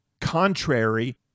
contrary